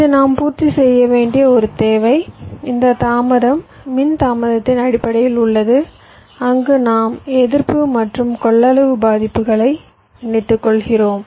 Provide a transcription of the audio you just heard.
இது நாம் பூர்த்தி செய்ய வேண்டிய ஒரு தேவை இந்த தாமதம் மின் தாமதத்தின் அடிப்படையில் உள்ளது அங்கு நாம் எதிர்ப்பு மற்றும் கொள்ளளவு பாதிப்புகளை இணைத்துக்கொள்கிறோம்